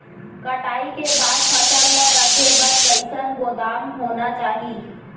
कटाई के बाद फसल ला रखे बर कईसन गोदाम होना चाही?